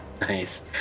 Nice